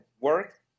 work